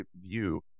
view